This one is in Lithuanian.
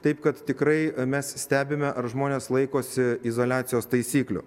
taip kad tikrai mes stebime ar žmonės laikosi izoliacijos taisyklių